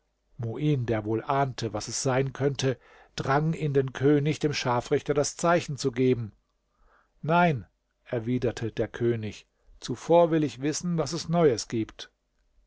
muin der wohl ahnte was es sein könnte drang in den könig dem scharfrichter das zeichen zu geben nein erwiderte der könig zuvor will ich wissen was es neues gibt